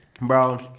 bro